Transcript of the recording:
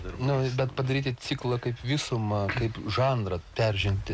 bet padaryti ciklą kaip visuma kaip žanrą peržengti